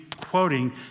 quoting